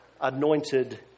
anointed